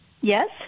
Yes